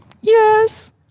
Yes